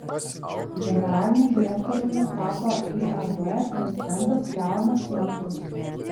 generaliniu direktoriumi tapo iab prezidentas leonas jankus